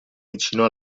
vicino